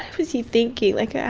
ah was he thinking? like, ah